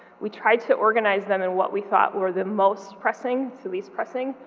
we tried to organize them in what we thought were the most pressing to least pressing,